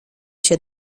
się